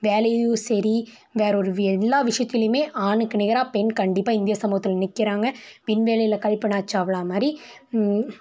வேலையும் சரி வேற ஒரு எல்லா விஷயத்துலியுமே ஆணுக்கு நிகராக பெண் கண்டிப்பாக இந்திய சமூகத்தில் நிற்கிறாங்க விண்வெளியில் கல்பனா சாவுலா மாதிரி